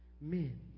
men